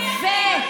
את זה.